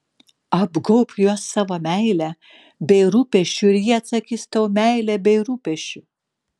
apgaubk juos savo meile bei rūpesčiu ir jie atsakys tau meile bei rūpesčiu